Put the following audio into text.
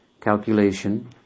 calculation